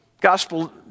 gospel